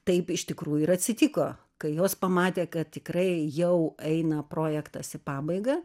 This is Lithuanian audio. taip iš tikrųjų ir atsitiko kai jos pamatė kad tikrai jau eina projektas į pabaigą